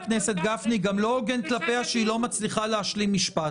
גם לא הוגן כלפיה שהיא לא מצליחה להשלים משפט.